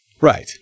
Right